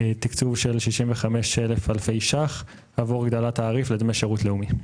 תקצוב של 65 אלף אלפי שקלים עבור הגדלת תעריף לדמי שירות לאומי.